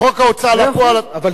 בחוק ההוצאה לפועל, מאה